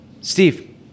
Steve